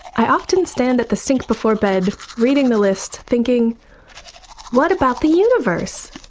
i often stand at the sink before bed reading the list, thinking what about the universe?